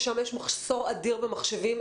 שם יש מחסור אדיר במחשבים.